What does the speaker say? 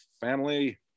family